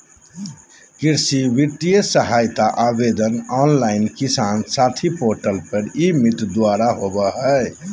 कृषि वित्तीय सहायता आवेदन ऑनलाइन किसान साथी पोर्टल पर ई मित्र द्वारा होबा हइ